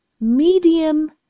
medium